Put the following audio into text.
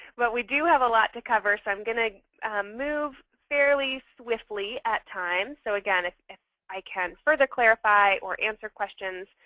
but we do have a lot to cover so i'm going to move fairly swiftly at times. so again, if if i can further clarify or answer questions,